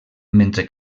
mentre